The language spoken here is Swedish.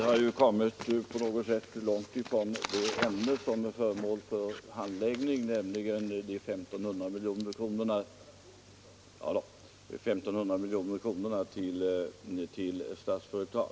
Herr talman! Vi har på något sätt kommit ganska långt ifrån det ämne som är föremål för handläggning, nämligen de 1 500 miljonerna till Statsföretag.